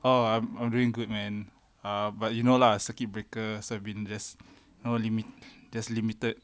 oh I'm I'm doing good man um but you know lah err circuit breaker so I've been just no limit just limited